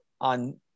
on